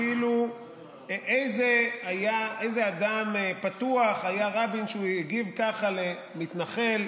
כאילו איזה אדם פתוח היה רבין שהוא הגיב ככה למתנחל,